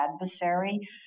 adversary